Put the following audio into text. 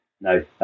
no